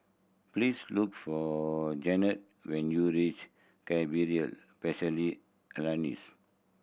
please look for Jeanetta when you reach Cerebral Palsy Alliance